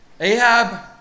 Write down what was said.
Ahab